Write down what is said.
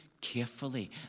carefully